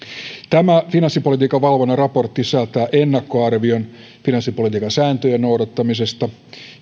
tämä finanssipolitiikan valvonnan raportti sisältää ennakkoarvion finanssipolitiikan sääntöjen noudattamisesta